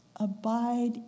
Abide